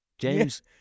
James